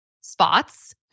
spots